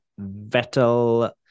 Vettel